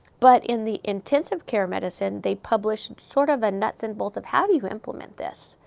but in the intensive care medicine, they published sort of a nuts and bolts of, how do you implement this?